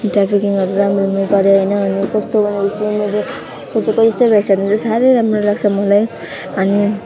ट्राफिकिङहरू राम्रो हुनु पऱ्यो होइन अनि कस्तो गर्दाखेरि चाहिँ मैले सोचेको जस्तो भएछ भने चाहिँ साह्रो राम्रो लाग्छ मलाई अनि